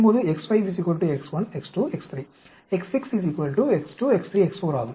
X6 X2 X3 X4 ஆகும்